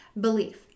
belief